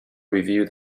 review